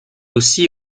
aussi